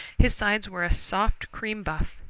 his sides were a soft cream-buff,